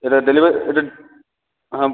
এটা ডেলিভার এটা হ্যাঁ